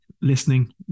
listening